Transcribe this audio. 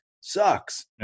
sucks